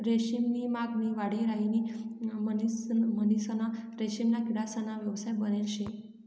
रेशीम नी मागणी वाढी राहिनी म्हणीसन रेशीमना किडासना व्यवसाय बनेल शे